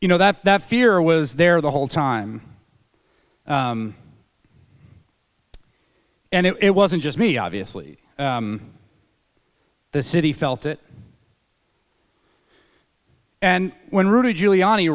you know that that fear was there the whole time and it wasn't just me obviously the city felt it and when rudy giuliani